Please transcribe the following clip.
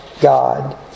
God